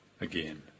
again